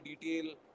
detail